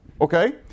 Okay